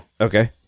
Okay